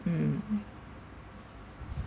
mm